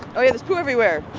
oh, yeah. there's poo everywhere.